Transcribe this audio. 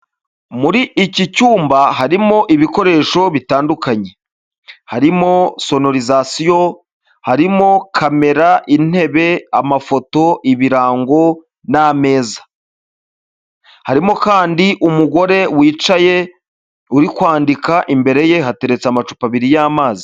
Muri iki cyumba harimo ibikoresho bitandukanye. Harimo sonorizasiyo, harimo kamera, intebe, amafoto, ibirango n'ameza. Harimo kandi umugore wicaye uri kwandika, imbere ye hateretse amacupa abiri y'amazi.